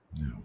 No